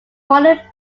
quarter